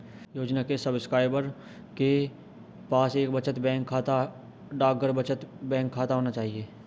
योजना के सब्सक्राइबर के पास एक बचत बैंक खाता, डाकघर बचत बैंक खाता होना चाहिए